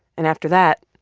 and after that,